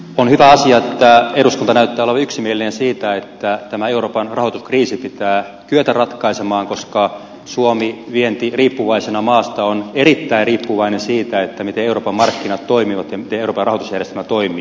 on hyvä asia että eduskunta näyttää olevan yksimielinen siitä että tämä euroopan rahoituskriisi pitää kyetä ratkaisemaan koska suomi vientiriippuvaisena maana on erittäin riippuvainen siitä miten euroopan markkinat toimivat ja miten euroopan rahoitusjärjestelmä toimii